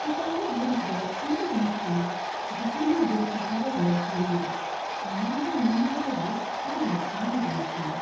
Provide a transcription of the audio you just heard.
ᱥᱟᱪᱟᱨᱦᱮᱫ ᱫᱩᱨᱤᱵᱽ ᱫᱚ ᱚᱱᱟ ᱡᱤᱱᱤᱥ ᱠᱟᱱᱟ ᱡᱟᱦᱟᱸ ᱫᱚ ᱡᱟᱹ ᱥᱟᱪᱟᱨᱮ ᱨᱮ ᱧᱟᱢᱚᱜᱼᱟ ᱟᱨ ᱱᱚᱣᱟ ᱫᱚ ᱢᱟᱹᱱᱢᱤ ᱠᱚ ᱞᱟᱹᱜᱤᱫ ᱟᱹᱰᱤ ᱞᱟᱹᱠᱛᱤᱭᱟᱱ ᱡᱤᱱᱤᱥ ᱠᱟᱱᱟ